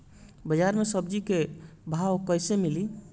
बाजार मे सब्जी क भाव कैसे मिली?